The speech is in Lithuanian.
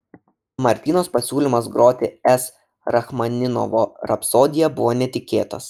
martynos pasiūlymas groti s rachmaninovo rapsodiją buvo netikėtas